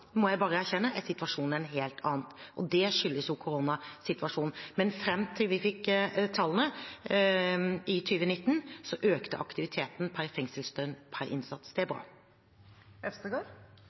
må jeg bare erkjenne, er situasjonen en helt annen. Det skyldes jo koronasituasjonen. Men fram til vi fikk tallene i 2019, økte aktiviteten per fengselsdøgn per innsatt. Det er bra. Takk for det svaret. Til